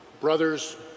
brothers